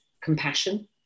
compassion